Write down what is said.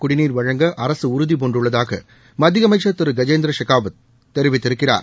குடிநீர் வழங்க அரசு உறுதிபூண்டுள்ளதாக மத்திய அமைச்சு் திரு கஜேந்திர ஷெகாவத் தெரிவித்திருக்கிறார்